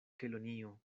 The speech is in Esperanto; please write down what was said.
kelonio